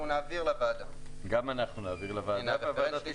אין בעיה, נעביר לוועדה את הגרפים ונראה.